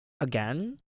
Again